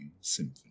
symphony